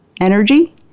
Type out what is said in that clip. energy